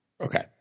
Okay